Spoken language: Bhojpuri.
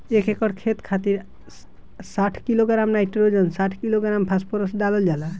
एक एकड़ खेत खातिर साठ किलोग्राम नाइट्रोजन साठ किलोग्राम फास्फोरस डालल जाला?